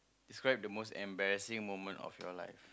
describe the most embarrassing moment of your life